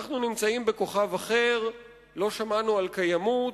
אנחנו נמצאים בכוכב אחר, לא שמענו על קיימות,